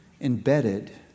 embedded